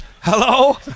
Hello